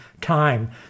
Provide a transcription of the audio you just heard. time